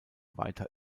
weiter